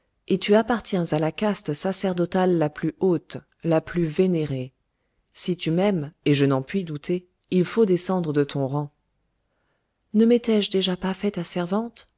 et tu appartiens à la caste sacerdotale la plus haute la plus vénérée si tu m'aimes et je n'en puis douter il faut descendre de ton rang ne m'étais-je pas déjà faire ta servante